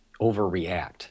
overreact